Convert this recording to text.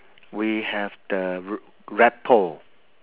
we have the r~ rapport